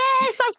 Yes